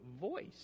voice